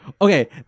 Okay